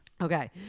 okay